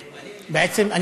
בעצם,